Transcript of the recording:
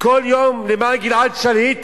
כל יום למען גלעד שליט,